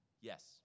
yes